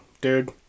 dude